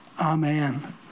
Amen